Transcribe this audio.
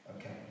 Okay